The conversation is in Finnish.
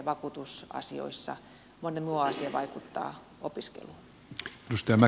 moni muu asia vaikuttaa opiskeluun